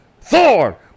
Thor